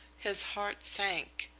his heart sank.